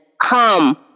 come